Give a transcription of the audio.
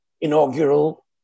inaugural